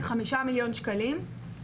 5 מיליון שקלים לשנה.